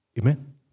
Amen